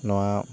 ᱱᱚᱣᱟ